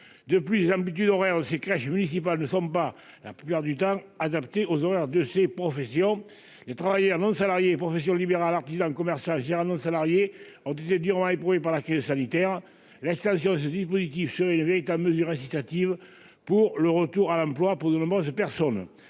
depuis les amplitudes horaires ces crèches municipales ne sont pas la plupart du temps adapté aux horaires de ces professions les travailleurs non salariés et professions libérales, artisans, commerçants germano-salariés ont été durement éprouvés par la crise sanitaire l'extension ce dispositif Cheryl véritables mesures incitatives pour le retour à l'emploi pour de nombreuses personnes,